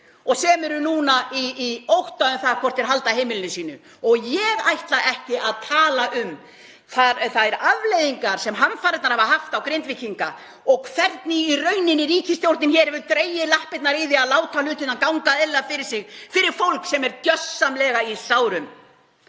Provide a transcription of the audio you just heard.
sem eru núna í ótta um það hvort þeir halda heimili sínu. Ég ætla ekki að tala um þær afleiðingar sem hamfarirnar hafa haft á Grindvíkinga og hvernig í rauninni ríkisstjórnin hefur dregið lappirnar í því að láta hlutina ganga eðlilega fyrir sig, fyrir fólk sem er gjörsamlega í sárum.